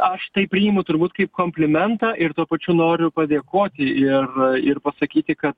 aš tai priimu turbūt kaip komplimentą ir tuo pačiu noriu padėkoti ir ir pasakyti kad